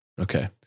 Okay